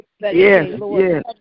Yes